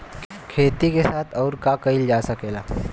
खेती के साथ अउर का कइल जा सकेला?